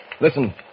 Listen